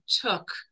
took